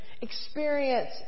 experience